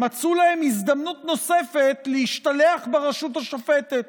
מצאו להם הזדמנות נוספת להשתלח ברשות השופטת